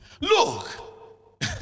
Look